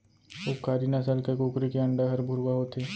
उपकारी नसल के कुकरी के अंडा हर भुरवा होथे